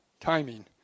timing